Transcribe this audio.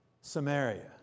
Samaria